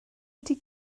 ydy